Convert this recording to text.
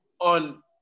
on